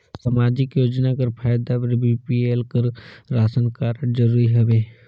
समाजिक योजना कर फायदा बर बी.पी.एल कर राशन कारड जरूरी हवे?